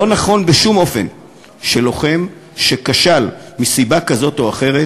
לא נכון בשום אופן שלוחם שכשל מסיבה כזאת או אחרת,